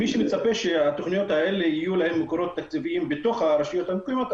מי שמצפה שיהיו לתכניות האלה מקורות תקציביים בתוך הרשויות המקומיות,